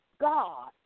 God